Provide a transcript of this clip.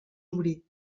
obrir